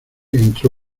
entró